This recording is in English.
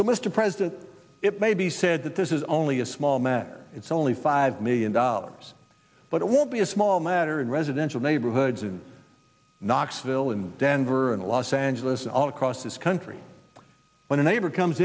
so mr president it may be said that this is only a small matter it's only five million dollars but it won't be a small matter in residential neighborhoods in knoxville and denver and los angeles all across this country when a neighbor comes